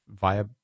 via